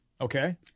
Okay